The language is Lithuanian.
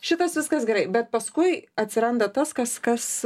šitas viskas gerai bet paskui atsiranda tas kas kas